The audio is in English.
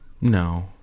No